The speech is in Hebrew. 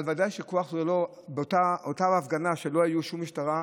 אבל ודאי שכוח זה לא באותה הפגנה שלא הייתה שום משטרה,